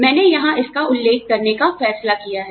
मैंने यहां इसका उल्लेख करने का फैसला किया है